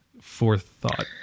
forethought